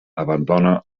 abandona